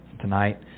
tonight